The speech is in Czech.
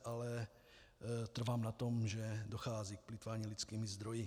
Ale trvám na tom, že dochází k plýtvání lidskými zdroji.